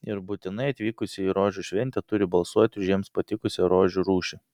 ir būtinai atvykusieji į rožių šventę turi balsuoti už jiems patikusią rožių rūšį